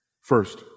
First